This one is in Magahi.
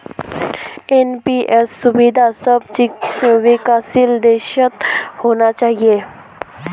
एन.पी.एस सुविधा सब विकासशील देशत होना चाहिए